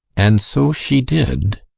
and so she did.